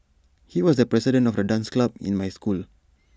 he was the president of the dance club in my school